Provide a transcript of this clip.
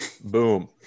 Boom